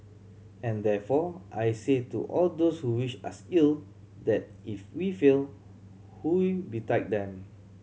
and therefore I say to all those who wish us ill that if we fail woe betide them